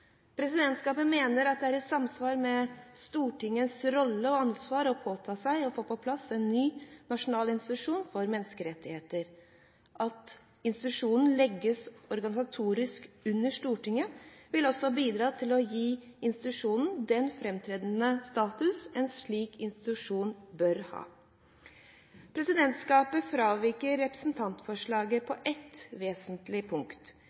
Presidentskapet mener det er i samsvar med Stortingets rolle og ansvar å påta seg å få på plass en ny nasjonal institusjon for menneskerettigheter. At institusjonen legges organisatorisk under Stortinget, vil også bidra til å gi institusjonen den framtredende status en slik institusjon bør ha. Presidentskapet fraviker representantforslaget på ett vesentlig punkt.